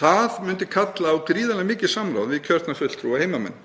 Það myndi kalla á gríðarlega mikið samráð við kjörna fulltrúa og heimamenn.